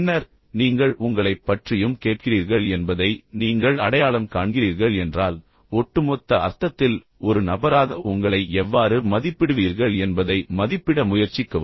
பின்னர் நீங்கள் உங்களைப் பற்றியும் கேட்கிறீர்கள் என்பதை நீங்கள் அடையாளம் காண்கிறீர்கள் என்றால் ஒட்டுமொத்த அர்த்தத்தில் ஒரு நபராக உங்களை எவ்வாறு மதிப்பிடுவீர்கள் என்பதை மதிப்பிட முயற்சிக்கவும்